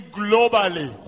globally